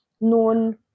known